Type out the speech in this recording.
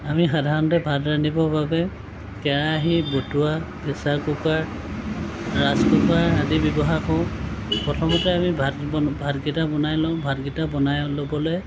আমি সাধাৰণতে ভাত ৰান্ধিবৰ বাবে কেৰাহী বটুৱা প্ৰেচাৰ কুকাৰ ৰাইচ কুকাৰ আদি ব্যৱহাৰ কৰোঁ প্ৰথমতে আমি ভাত বনা ভাতকেইটা বনাই লওঁ ভাতকেইটা বনাই ল'বলৈ